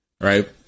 right